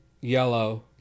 yellow